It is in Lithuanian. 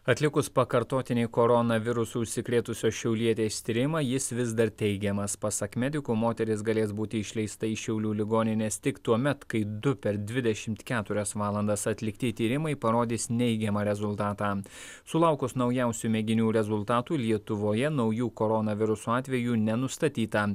atlikus pakartotinį koronavirusu užsikrėtusios šiaulietės tyrimą jis vis dar teigiamas pasak medikų moteris galės būti išleista iš šiaulių ligoninės tik tuomet kai du per dvidešimt keturias valandas atlikti tyrimai parodys neigiamą rezultatą sulaukus naujausių mėginių rezultatų lietuvoje naujų koronaviruso atvejų nenustatyta